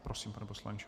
Prosím, pane poslanče.